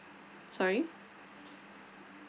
sorry